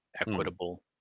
equitable